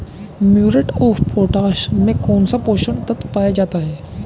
Muriate of potash में कौन सा पोषक तत्व पाया जाता है?